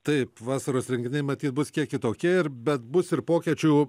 taip vasaros renginiai matyt bus kiek kitokie ir bet bus ir pokečių